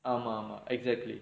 ஆமா ஆமா:aamaa aamaa exactly